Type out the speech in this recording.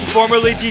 Formerly